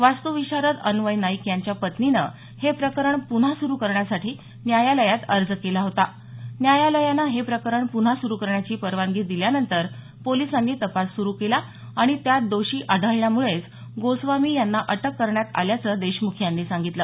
वास्तुविशारद अन्वय नाईक यांच्या पत्नीने हे प्रकरण पुन्हा सुरू करण्यासाठी न्यायालयात अर्ज केला होता न्यायालयानं प्रकरण पुन्हा सुरू करण्याची परवानगी दिल्यानंतर पोलिसांनी तपास सुरु केला आणि त्यात दोषी आढळल्यामुळेच गोस्वामी यांना अटक करण्यात आल्याचं देशमुख यांनी सांगितलं